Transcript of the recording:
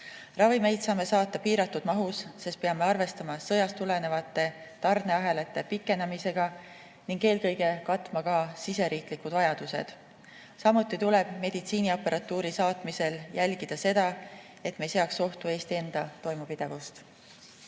Ravimeid saame saata piiratud mahus, sest peame arvestama sõjast tulenevate tarneahelate pikenemisega ning eelkõige katma ka oma riigi vajadused. Samuti tuleb meditsiiniaparatuuri saatmisel jälgida seda, et me ei seaks ohtu Eesti enda toimepidevust.